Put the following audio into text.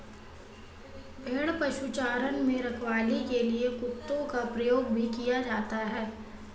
भेड़ पशुचारण में रखवाली के लिए कुत्तों का प्रयोग भी किया जाता है